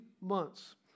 months